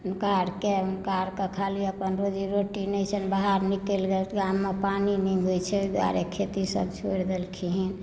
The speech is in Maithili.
हुनका आओरके हुनका आओरके खाली अपन रोजी रोटी नहि छनि जे बाहर निकलि गेल ओकरा गाममे पानी नहि होइत छै ताहि दुआरे खेतीसभ छोड़ि देलखिन